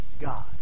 God